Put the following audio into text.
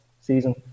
season